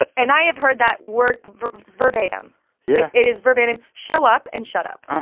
ah and i have heard that word verbatim yeah it is verbatim show up and shut up.